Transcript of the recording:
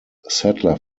settler